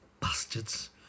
Bastards